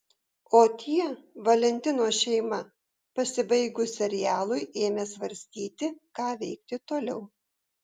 o tie valentinos šeima pasibaigus serialui ėmė svarstyti ką veikti toliau